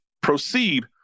proceed